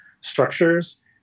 structures